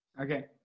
okay